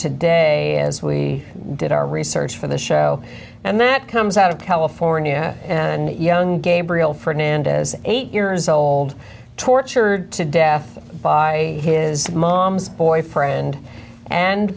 today as we did our research for the show and then it comes out of california and young gabriel fernandez eight years old tortured to death by his mom's boyfriend and